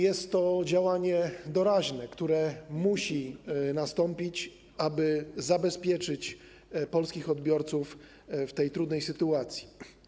Jest to działanie doraźne, które musi nastąpić, aby zabezpieczyć polskich odbiorców w tej trudnej sytuacji.